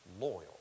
loyal